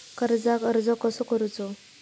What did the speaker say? कर्जाक अर्ज कसो करूचो?